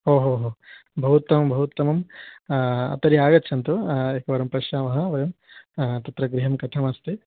ओ हो हो बहूत्तमं बहूत्तमं तर्हि आगच्छन्तु एकवारं पश्यामः वयं तत्र गृहं कथमस्ति